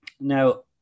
Now